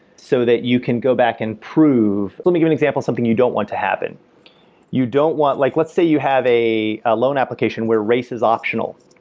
so that you can go back and prove let me give an example of something you don't want to happen you don't want like let's say you have a loan application where race is optional.